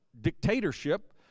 dictatorship